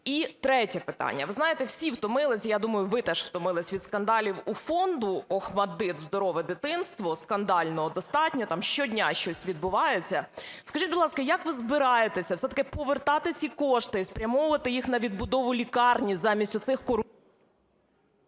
І третє питання. Ви знаєте, всі втомились, я думаю, ви теж втомились від скандалів у фонду "Охматдит – здорове дитинство" скандального достатньо, там щодня щось відбувається. Скажіть, будь ласка, як ви збираєтесь все-таки повертати ці кошти і спрямовувати їх на відбудову лікарні замість оцих…